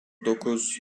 dokuz